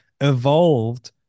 evolved